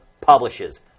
publishes